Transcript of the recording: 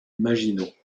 maginot